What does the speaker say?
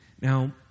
Now